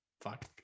fuck